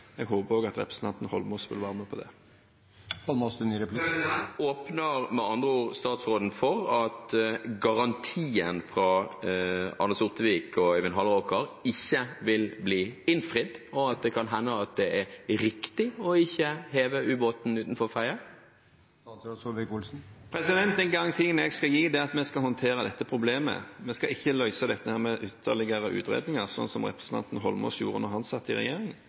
Jeg håper at også representanten Eidsvoll Holmås vil være med på det. Åpner statsråden med andre ord for at garantien fra Arne Sortevik og Øyvind Halleraker ikke vil bli innfridd, og at det kan hende at det er riktig ikke å heve ubåten utenfor Fedje? Den garantien jeg skal gi, er at vi skal håndtere dette problemet. Vi skal ikke løse dette med ytterligere utredninger, slik representanten Eidsvoll Holmås gjorde da han satt i regjering.